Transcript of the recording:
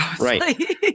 Right